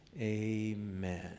Amen